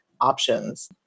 options